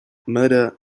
murder